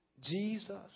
Jesus